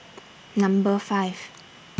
Number five